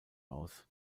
aus